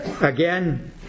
again